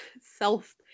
self